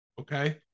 Okay